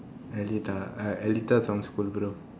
eletah ah eletah sounds cool bro